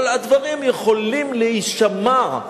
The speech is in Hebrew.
אבל הדברים יכולים להישמע,